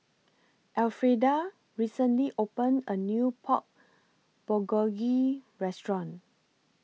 Elfrieda recently opened A New Pork Bulgogi Restaurant